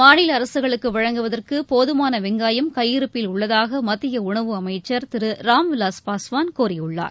மாநில அரசுகளுக்கு வழங்குவதற்கு போதமான வெங்காயம் கையிருப்பில் உள்ளதாக மத்திய உணவு அமைச்சர் திரு ராம்விலாஸ் பஸ்வான் கூறியுள்ளார்